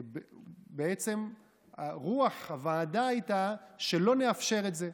בעצם רוח הוועדה הייתה שלא נאפשר את זה,